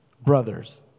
brothers